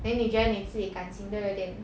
then 你觉得你自己感情都有点